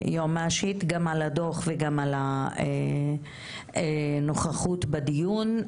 גם על הדוח וגם על הנוכחות בדיון.